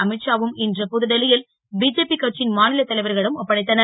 அமித் ஷாவும் இன்று புதுடெல்லி ல் பிஜேபி கட்சி ன் மா லத் தலைவர்களிடம் ஒப்படைத்தனர்